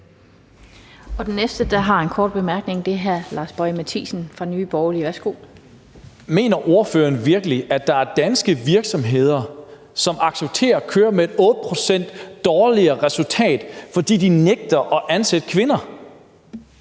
Den næste, der har en kort bemærkning, er hr. Lars Boje Mathiesen fra Nye Borgerlige. Værsgo. Kl. 16:38 Lars Boje Mathiesen (NB): Mener ordføreren virkelig, at der er danske virksomheder, som accepterer at køre med et 8 pct. dårligere resultat, fordi de nægter at ansætte kvinder?